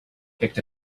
picked